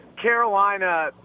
Carolina